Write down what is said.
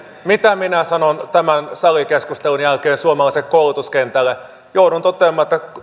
mitä minä sanon tämän salikeskustelun jälkeen suomalaiselle koulutuskentälle joudun toteamaan että